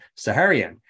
Saharian